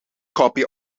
copy